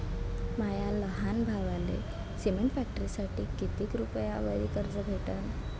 माया लहान भावाले सिमेंट फॅक्टरीसाठी कितीक रुपयावरी कर्ज भेटनं?